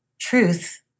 truth